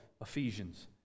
Ephesians